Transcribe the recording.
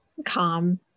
calm